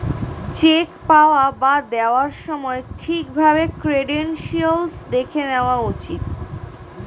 check পাওয়া বা দেওয়ার সময় ঠিক ভাবে ক্রেডেনশিয়াল্স দেখে নেওয়া উচিত